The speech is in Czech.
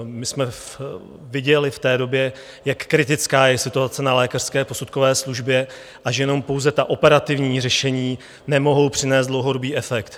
My jsme viděli v té době, jak kritická je situace na lékařské posudkové službě a že jenom pouze ta operativní řešení nemohou přinést dlouhodobý efekt.